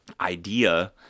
idea